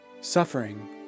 Suffering